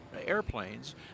airplanes